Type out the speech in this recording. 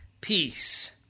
peace